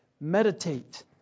Meditate